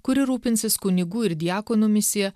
kuri rūpinsis kunigų ir diakonų misija